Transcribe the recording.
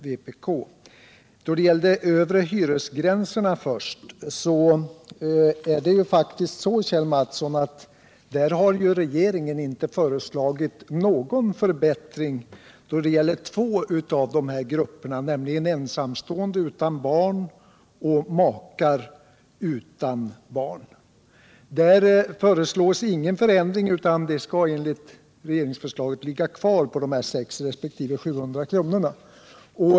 Vad gäller de övre hyresgränserna har regeringen inte föreslagit någon förbättring för två grupper, nämligen ensamstående utan barn och makar utan barn. Enligt regeringens förslag skall de övre beloppsgränserna fortfarande vara 600 kr. resp. 700 kr.